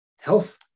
health